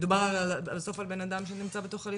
מדובר על בנאדם שנמצא בתוך תהליך משפטי.